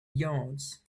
yards